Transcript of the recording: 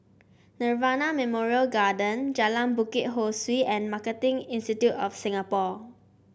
Nirvana Memorial Garden Jalan Bukit Ho Swee and Marketing Institute of Singapore